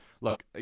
Look